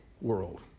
World